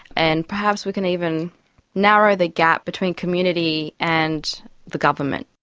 and perhaps we can even narrow the gap between community and the government.